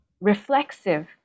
reflexive